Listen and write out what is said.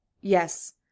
Yes